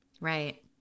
Right